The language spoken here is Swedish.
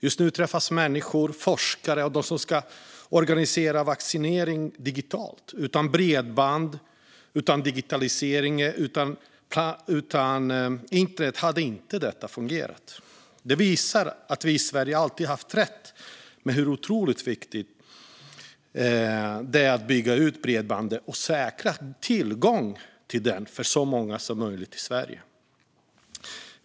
Just nu träffas människor, forskare och de som ska organisera vaccinering digitalt. Utan bredband och digitalisering - utan internet - hade detta inte fungerat. Det visar att vi i Sverige alltid har haft rätt i hur otroligt viktigt det är att bygga ut bredbandet och säkra tillgången till det för så många som möjligt i Sverige.